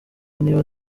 niba